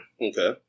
Okay